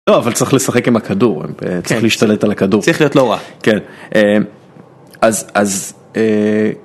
לא, אבל צריך לשחק עם הכדור. צריך להשתלט על הכדור. צריך להיות לא רע כן. אה... אז... אז... אה...